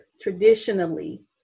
traditionally